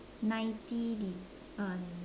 ninety de~ uh